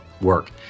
work